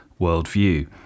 worldview